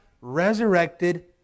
resurrected